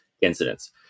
incidents